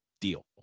deal